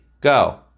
go